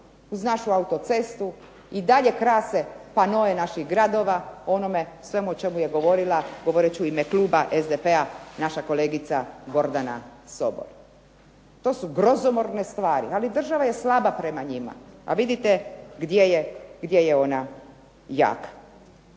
uz našu autocestu, i dalje krase panoe naših gradova, ono o čemu je govorila govoreći u ime Kluba SDP-a, naša kolegica Gordana Sobol. To su grozomorne stvari, ali država je slaba prema njima, ali vidite gdje je ona jaka.